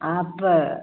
आप